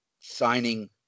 signing